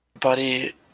Buddy